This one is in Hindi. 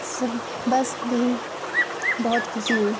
सब बस यही बहुत खुशी हुई